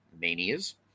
manias